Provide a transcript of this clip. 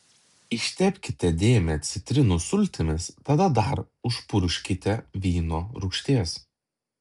ištepkite dėmę citrinų sultimis tada dar užpurkškite vyno rūgšties